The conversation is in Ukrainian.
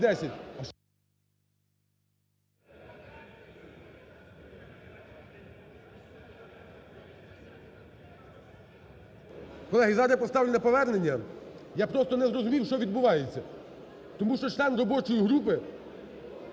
Колеги, зараз я поставлю на повернення. Я просто не зрозумів, що відбувається. Тому що член робочої групи